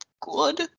good